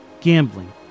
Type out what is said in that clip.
gambling